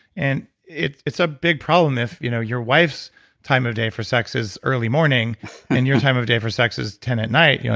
and it's it's a big problem if you know your wife's time of day for sex is early morning and your time of day for sex is ten zero at night. you know